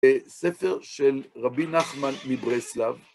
ספר של רבי נחמן מברסלב.